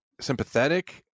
sympathetic